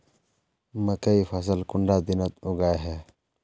मकई फसल कुंडा दिनोत उगैहे?